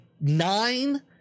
nine